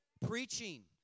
Preaching